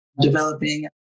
developing